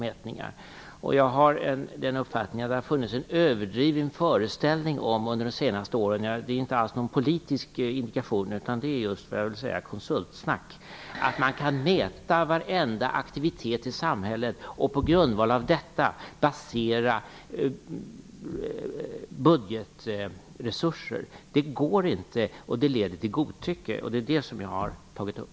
Jag har uppfattningen att det under de senaste åren har funnits en vanföreställning om dessa mätningar - det handlar inte alls om några politiska indikationer. Jag vill just kalla det för konsultsnack när man säger att man kan mäta varenda aktivitet i samhället och på grundval av det fördela budgetresurser. Det går inte. Det leder till godtycke. Det är detta som jag har tagit upp.